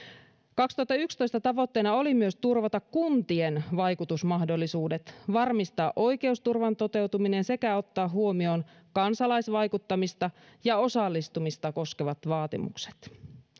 kaksituhattayksitoista tavoitteena oli myös turvata kuntien vaikutusmahdollisuudet varmistaa oikeusturvan toteutuminen sekä ottaa huomioon kansalaisvaikuttamista ja osallistumista koskevat vaatimukset